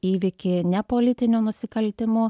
įvykį ne politiniu nusikaltimu